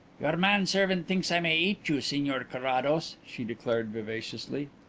your man-servant thinks i may you, signor carrados, she declared vivaciously.